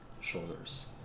shoulders